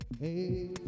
Hey